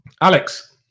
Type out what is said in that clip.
Alex